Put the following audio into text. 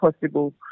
possible